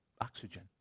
oxygen